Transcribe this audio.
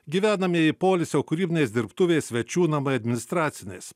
gyvenamieji poilsio kūrybinės dirbtuvės svečių namai administracinės